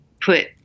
put